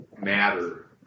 matter